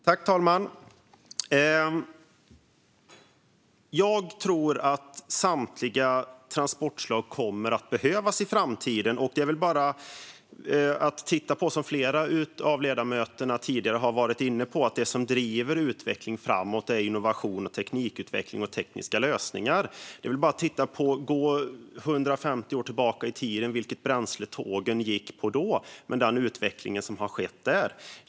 Fru talman! Jag tror att samtliga transportslag kommer att behövas i framtiden. Det är bara att titta på det som flera av ledamöterna tidigare har varit inne på, nämligen att det som driver utvecklingen framåt är innovation, teknikutveckling och tekniska lösningar. Gå bara 150 år tillbaka i tiden och se vilket bränsle tågen gick på då, och jämför sedan med hur utvecklingen har skett där.